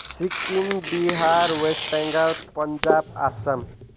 Sikkim Bihar west Bengal Punjab Assam